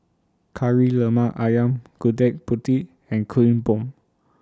Kari Lemak Ayam Gudeg Putih and Kuih Bom